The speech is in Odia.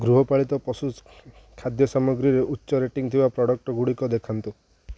ଗୃହପାଳିତ ପଶୁ ଖାଦ୍ୟ ସାମଗ୍ରୀରେ ଉଚ୍ଚ ରେଟିଂ ଥିବା ପ୍ରଡ଼କ୍ଟ୍ଗୁଡ଼ିକ ଦେଖାନ୍ତୁ